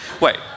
Wait